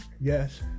Yes